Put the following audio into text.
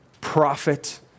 prophet